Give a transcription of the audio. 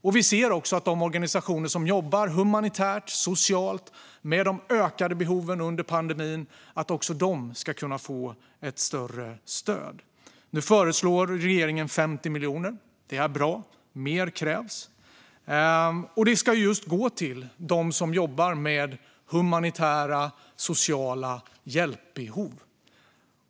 Vi anser också att även de organisationer som jobbar humanitärt och socialt med de ökade behoven under pandemin ska kunna få ett större stöd. Nu föreslår regeringen 50 miljoner. Det är bra. Mer krävs. Det ska gå just till dem som jobbar med humanitära och sociala hjälpbehov.